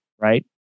right